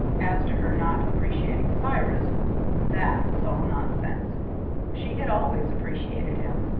as to her not appreciating cyrus that was all nonsense she had always appreciated him,